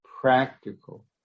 practical